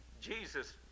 Jesus